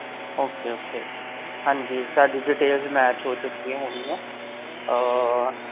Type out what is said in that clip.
okay okay ਹਾਂਜੀ ਸਾਡੀ details match ਹੋ ਚੁੱਕੀਆਂ ਹੈਗੀਆਂ